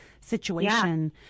situation